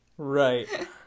right